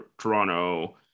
Toronto